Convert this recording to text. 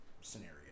scenario